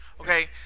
Okay